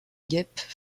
guêpes